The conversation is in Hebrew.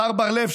השר בר לב,